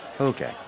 Okay